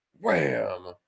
wham